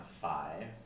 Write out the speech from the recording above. five